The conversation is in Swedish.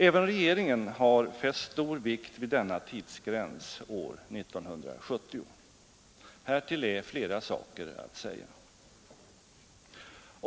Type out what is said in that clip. Även regeringen har fäst stor vikt vid denna tidsgräns, år 1970. Härtill är flera saker att säga.